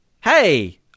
hey